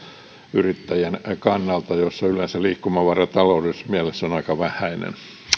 yrittäjän kannalta kun yleensä liikkumavara taloudellisessa mielessä on aika vähäinen